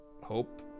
hope